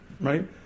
right